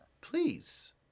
Please